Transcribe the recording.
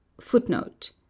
Footnote